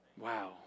Wow